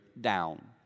down